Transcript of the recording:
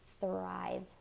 thrive